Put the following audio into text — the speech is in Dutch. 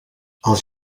als